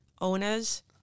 owners